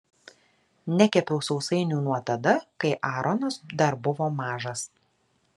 nekepiau sausainių nuo tada kai aronas dar buvo mažas